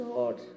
Lord